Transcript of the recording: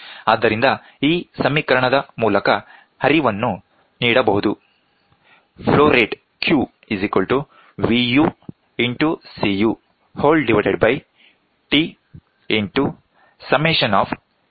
ಆದ್ದರಿಂದ ಈ ಸಮೀಕರಣದ ಮೂಲಕ ಹರಿವನ್ನು ನೀಡಬಹುದು